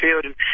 field